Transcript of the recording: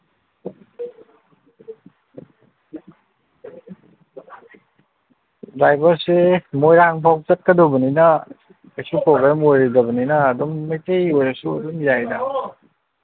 ꯗ꯭ꯔꯥꯏꯚꯔꯁꯦ ꯃꯣꯏꯔꯥꯡ ꯐꯥꯎ ꯆꯠꯀꯗꯕꯅꯤꯅ ꯀꯩꯁꯨ ꯄ꯭ꯔꯣꯕ꯭ꯂꯦꯝ ꯑꯣꯏꯗꯕꯅꯤꯅ ꯑꯗꯨꯝ ꯃꯩꯇꯩ ꯑꯣꯏꯔꯁꯨ ꯑꯗꯨꯝ ꯌꯥꯏꯗ